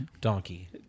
Donkey